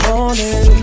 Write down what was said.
Morning